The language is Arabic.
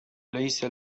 ليس